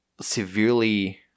severely